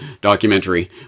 documentary